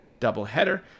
doubleheader